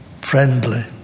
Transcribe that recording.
friendly